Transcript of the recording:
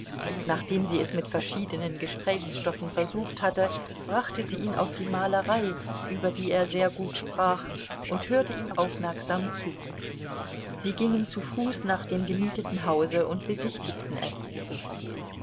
nachdem sie es mit verschiedenen gesprächsstoffen versucht hatte brachte sie ihn auf die malerei über die er sehr gut sprach und hörte ihm aufmerksam zu sie gingen zu fuß nach dem gemieteten hause und besichtigten es